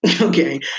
Okay